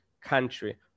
country